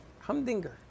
Humdinger